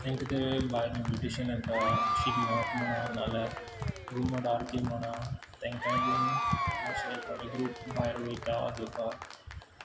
तेंक ते भायर इनविटेशन येता शिगम्याक म्हणा ना जाल्यार घुमट आरती म्हणा तेंकांय बीन अशे थोडे ग्रूप भायर वयता